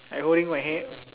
like holding my hand